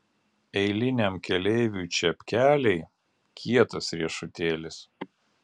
eiliniam keleiviui čepkeliai kietas riešutėlis